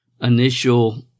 Initial